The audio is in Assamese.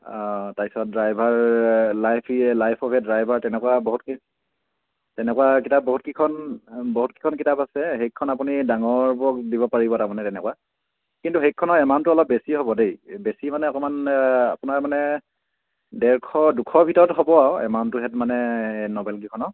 অঁ তাৰ পিছত driver life life of a driver তেনেকুৱা বহুত তেনেকুৱা কিতাপ বহুতকেইখন বহুতকেইখন কিতাপ আছে সেইকেইখন আপুনি ডাঙৰবোৰক দিব পাৰিব তাৰমানে তেনেকুৱা কিন্তু সেইকেইখনৰ এমউণ্টটো অলপ বেছি হ'ব দেই বেছি মানে অকণমান আপোনাৰ মানে ডেৰশ দুশ ভিতৰত হ'ব আৰু এমাউণ্টটোহেঁত মানে নভেলকেইখনৰ